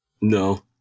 No